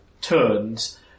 turns